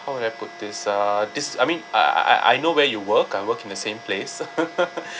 how do I put this uh this I mean I I I I know where you work I work in the same place